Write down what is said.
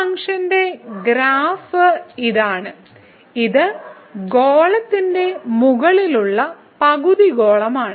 ഈ ഫംഗ്ഷന്റെ ഗ്രാഫ് ഇതാണ് ഇത് ഗോളത്തിന്റെ മുകളിലുള്ള പകുതി ഗോളമാണ്